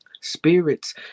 Spirits